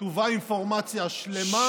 תובא אינפורמציה שלמה,